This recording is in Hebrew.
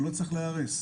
הוא לא צריך להיהרס,